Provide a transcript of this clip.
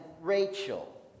Rachel